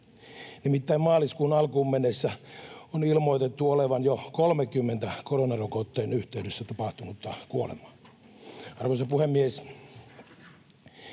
Nimittäin maaliskuun alkuun mennessä on ilmoitettu olevan jo 30 koronarokotteen yhteydessä tapahtunutta kuolemaa. Arvoisa puhemies!